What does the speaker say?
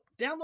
download